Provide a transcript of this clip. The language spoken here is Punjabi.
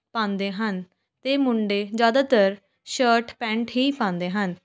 ਪਾਉਂਦੇ ਹਨ ਅਤੇ ਮੁੰਡੇ ਜ਼ਿਆਦਾਤਰ ਸ਼ਰਟ ਪੈਂਟ ਹੀ ਪਾਉਂਦੇ ਹਨ